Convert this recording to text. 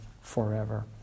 forever